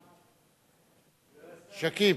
אני רס"ר.